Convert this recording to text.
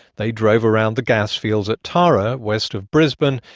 they drove around the gas fields at tara, west of brisbane,